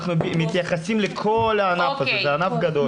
אנחנו מתייחסים לכל הענף הזה, זה ענף גדול.